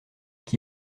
qui